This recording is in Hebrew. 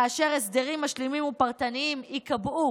כאשר הסדרים משלימים ופרטניים ייקבעו